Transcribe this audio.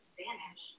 vanish